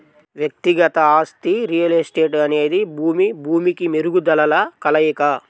వ్యక్తిగత ఆస్తి రియల్ ఎస్టేట్అనేది భూమి, భూమికి మెరుగుదలల కలయిక